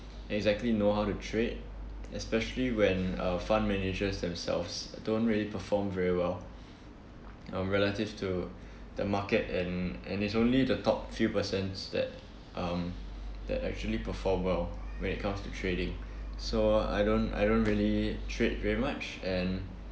exactly know how to trade especially when uh fund managers themselves don't really perform very well um relative to the market and and it's only the top few percents that um that actually perform well when it comes to trading so I don't I don't really trade very much and